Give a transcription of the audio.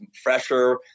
fresher